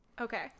Okay